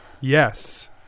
Yes